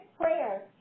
prayer